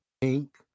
Pink